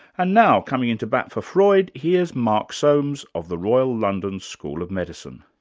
and now, coming in to bat for freud, here's mark soames, of the royal london school of medicine.